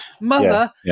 Mother